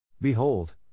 Behold